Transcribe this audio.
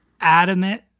adamant